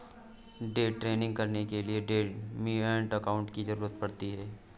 day trading करने के लिए डीमैट अकांउट की जरूरत पड़ती है